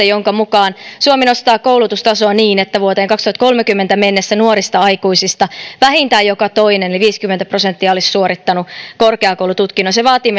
jonka mukaan suomi nostaa koulutustasoa niin että vuoteen kaksituhattakolmekymmentä mennessä nuorista aikuisista vähintään joka toinen eli viisikymmentä prosenttia olisi suorittanut korkeakoulututkinnon se vaatii